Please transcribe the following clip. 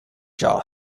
jaw